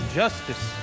justice